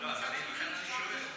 אבל מצד שני יש הרבה מאוד,